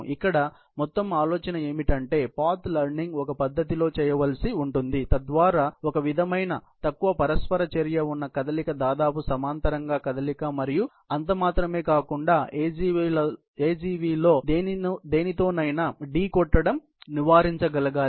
ఇక్కడ మొత్తం ఆలోచన ఏమిటంటే పాత్ లెర్నింగ్ ఒక పద్ధతిలో చేయవలసి ఉంటుంది తద్వారా ఒక విధమైన తక్కువ పరస్పర చర్య ఉన్న కదలిక దాదాపు సమాంతరంగ కదలిక మరియు అంత మాత్రమే కాకుండా AGV లో దేనితోనైనా ఢీ కొట్టుకోవడం నివారించగలగాలి